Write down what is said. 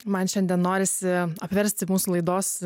man šiandien norisi apversti mūsų laidos